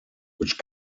which